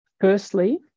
firstly